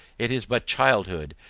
it is but childhood,